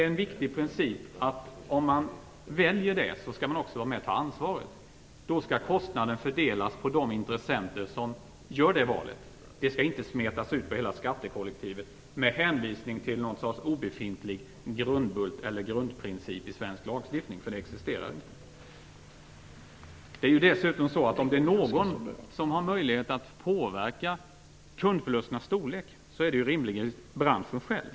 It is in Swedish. Om man gör detta val är det en viktig princip att man också skall vara med och ta ansvaret. Då skall kostnaderna fördelas på de intressenter som gör valet. De skall inte smetas ut på hela skattekollektivet med hänvisning till någon sorts obefintlig grundbult eller grundprincip i svensk lagstiftning, för någon sådan existerar inte. Om det är någon som har möjlighet att påverka kundförlusternas storlek, så bör det rimligen vara branschen själv.